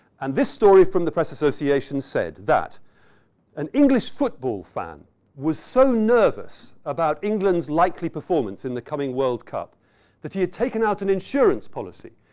and this story from the press association said that an english football fan was so nervous about england's likely performance in the coming world cup that he had taken out an insurance policy,